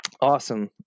awesome